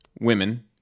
women